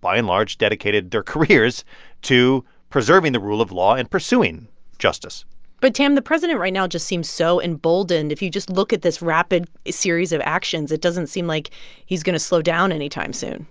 by and large, dedicated their careers to preserving the rule of law and pursuing justice but, tam, the president right now just seems so emboldened. if you just look at this rapid series of actions, it doesn't seem like he's going to slow down anytime soon